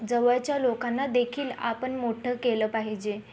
जवळच्या लोकांना देखील आपण मोठं केलं पाहिजे